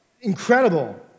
incredible